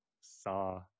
saw